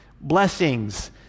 blessings